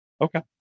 okay